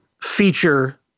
feature